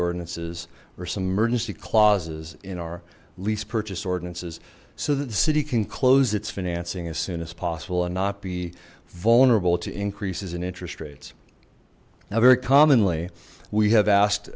ordinances or some emergency clauses in our lease purchase ordinances so that the city can close its financing as soon as possible and not be vulnerable to increases in interest rates now very commonly we have asked